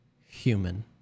human